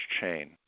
chain